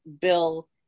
Bill